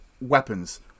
weapons